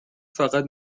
فقط